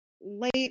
late